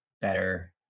better